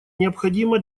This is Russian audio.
необходимо